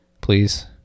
please